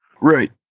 Right